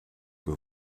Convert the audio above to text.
que